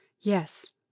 Yes